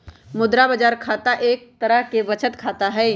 मुद्रा बाजार खाता एक तरह के बचत खाता हई